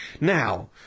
Now